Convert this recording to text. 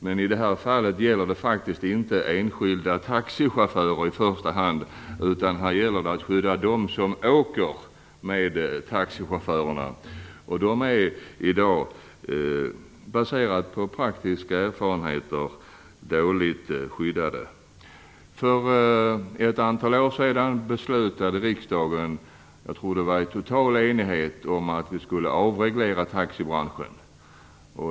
Men i det här fallet gäller det faktiskt inte enskilda taxichaufförer i första hand. Här gäller det att skydda dem som åker med taxichaufförerna. De är dåligt skyddade i dag. Detta baserar jag på praktiska erfarenheter. För ett antal år sedan beslutade riksdagen, jag tror att det var i total enighet, att vi skulle avreglera taxibranschen.